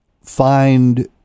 find